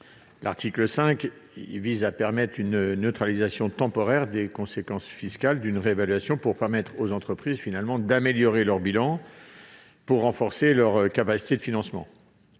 l'article 5, lequel vise à permettre une neutralisation temporaire des conséquences fiscales d'une réévaluation, pour permettre aux entreprises d'améliorer leur bilan et de renforcer, ainsi, leur capacité de financement.